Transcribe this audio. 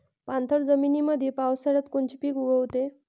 पाणथळ जमीनीमंदी पावसाळ्यात कोनचे पिक उगवते?